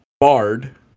Bard